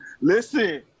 listen